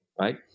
right